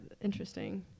interesting